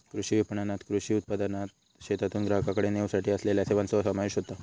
कृषी विपणणात कृषी उत्पादनाक शेतातून ग्राहकाकडे नेवसाठी असलेल्या सेवांचो समावेश होता